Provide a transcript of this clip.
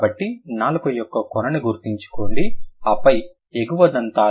కాబట్టి నాలుక యొక్క కొనను గుర్తుంచుకోండి ఆపై ఎగువ ముందు దంతాలు